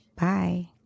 Bye